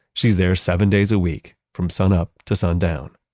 she's there seven days a week, from sunup to sundown